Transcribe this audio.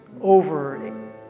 over